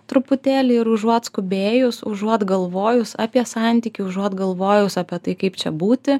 truputėlį ir užuot skubėjus užuot galvojus apie santykį užuot galvojus apie tai kaip čia būti